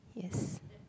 yes